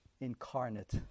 incarnate